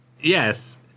Yes